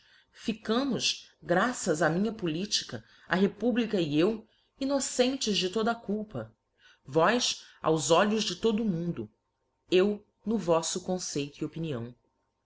ficámos graças á minha politica a republica e eu innocentes de toda a culpa vós aos olhos de todo o mundo eu no voito conceito e opinião